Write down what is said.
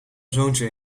zoontje